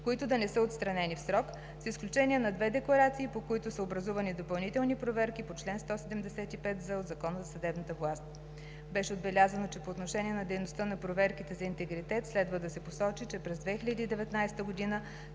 които да не са отстранени в срок, с изключение на две декларации, по които са образувани допълнителни проверки по чл. 175з от Закона за съдебната власт. Беше отбелязано, че по отношение на дейността по проверките за интегритет следва да се посочи, че през 2019 г. са